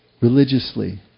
religiously